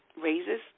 raises